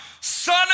son